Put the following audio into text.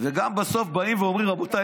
וגם בסוף באים ואומרים: רבותיי,